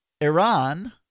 Iran